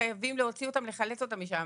חייבים להוציא אותם ולחלץ אותם משם.